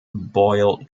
boyle